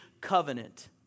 covenant